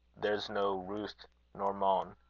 there's no ruth nor mone.